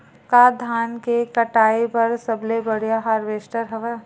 का धान के कटाई बर सबले बढ़िया हारवेस्टर हवय?